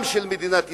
גם של מדינת ישראל,